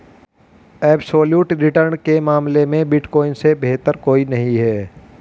absolute return के मामले में बिटकॉइन से बेहतर कोई नहीं है